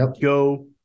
go